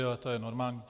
Ale to je normální.